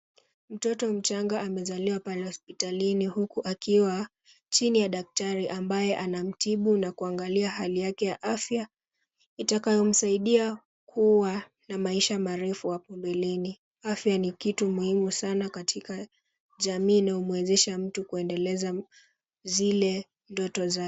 Mtoto mchanga amezaliwa kwa hospitali huku akiwa chini ya daktari ambaye ana mtibu na kuangalia hali yake ya afya. Itakayomsaidia kuwa na maisha marefu hapo mbeleni. Afya ni kitu muhimu sana katika jamii na umwezesha mtu kuendeleza zile ndoto zake.